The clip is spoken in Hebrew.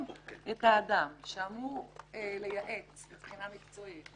את האדם שאמור לייעץ מבחינה מקצועית,